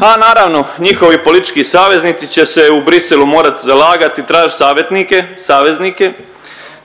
a naravno njihovi politički savezni će se u Bruxellesu morati zalagati i tražit savjetnike, saveznike